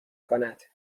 کند